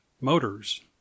Motors